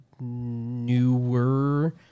newer